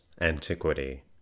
antiquity